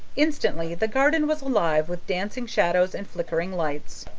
instantly the garden was alive with dancing shadows and flickering lights.